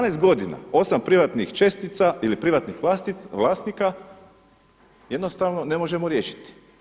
12 godina, 8 privatnih čestica ili privatnih vlasnika jednostavno ne možemo riješiti.